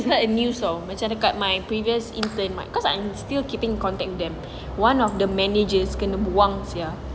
like a news so macam like my previous intern might cause I'm still keeping contact them one of the managers kena buang sia